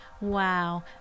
Wow